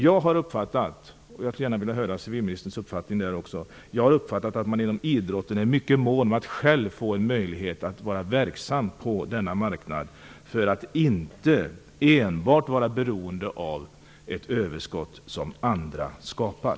Jag har uppfattat det så - jag skulle vilja höra civilministerns uppfattning - att man inom idrotten är mycket mån om att få en möjlighet att själv vara verksam på denna marknad för att inte enbart behöva vara beroende av ett överskott som andra skapat.